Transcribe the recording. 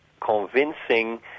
convincing